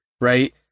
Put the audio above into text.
right